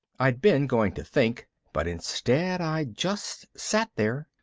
i'd been going to think. but instead i just sat there,